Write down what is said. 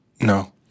No